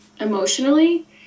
emotionally